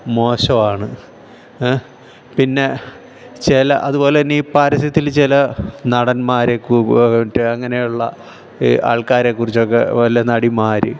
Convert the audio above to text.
മോശമാണ് പിന്നെ ചില അതുപോലെ തന്നെ ഈ പരസ്യത്തിൽ ചില നടന്മാർ അങ്ങനെയുള്ള ഈ ആൾക്കാരെക്കുറിച്ചൊക്കെ നല്ല നടിമാര്